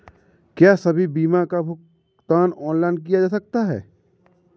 क्या सभी बीमा का भुगतान ऑनलाइन किया जा सकता है?